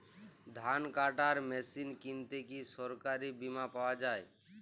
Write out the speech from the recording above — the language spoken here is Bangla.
ধান কাটার মেশিন কিনতে কি সরকারী বিমা পাওয়া যায়?